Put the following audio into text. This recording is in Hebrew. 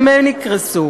גם הן יקרסו.